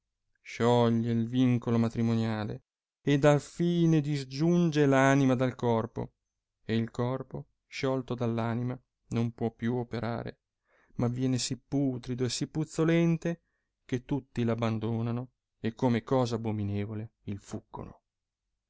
scioglie il vincolo matrimoniale ed a fine di giunge l anima dal corpo e il corpo sciolto dall anima non può più operare ma viene sì putrido e sì puzzolente che tutti abbandonano e come cosa abbominevole il fuggono